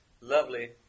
lovely